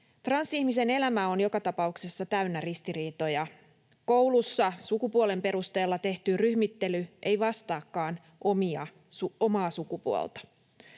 Transihmisen elämä on joka tapauksessa täynnä ristiriitoja. Koulussa sukupuolen perusteella tehty ryhmittely ei vastaakaan omaa sukupuolta.